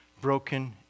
broken